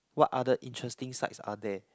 what other interesting sites are there